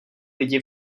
lidi